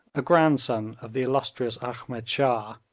a grandson of the illustrious ahmed shah,